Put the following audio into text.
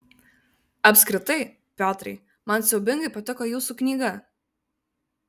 apskritai piotrai man siaubingai patiko jūsų knyga